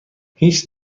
هیچ